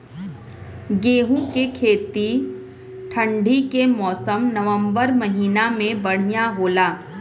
गेहूँ के खेती ठंण्डी के मौसम नवम्बर महीना में बढ़ियां होला?